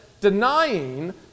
denying